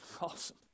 awesome